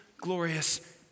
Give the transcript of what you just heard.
glorious